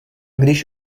když